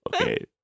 Okay